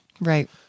Right